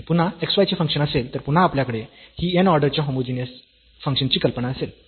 आणि पुन्हा x y चे फंक्शन असेल तर पुन्हा आपल्याकडे ही n ऑर्डरच्या होमोजीनियस फंक्शनची कल्पना असेल